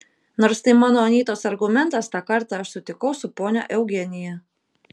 nors tai mano anytos argumentas tą kartą aš sutikau su ponia eugenija